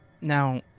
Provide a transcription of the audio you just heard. Now